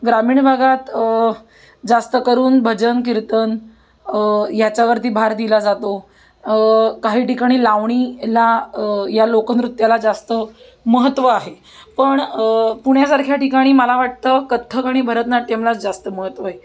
ग्रामीण भागात जास्त करून भजन कीर्तन याच्यावरती भार दिला जातो काही ठिकाणी लावणीला या लोकनृत्याला जास्त महत्त्व आहे पण पुण्यासारख्या ठिकाणी मला वाटतं कथ्थक आणि भरतनाट्यमलाच जास्त महत्त्व आहे